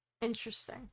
Interesting